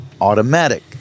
automatic